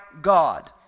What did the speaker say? God